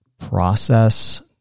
Process